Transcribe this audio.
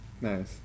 Nice